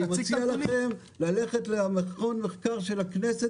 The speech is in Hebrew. אני מציע לכם ללכת למכון המחקר של הכנסת